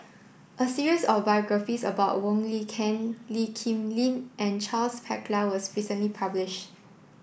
a series of biographies about Wong Lin Ken Lee Kip Lin and Charles Paglar was recently publish